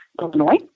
Illinois